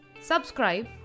Subscribe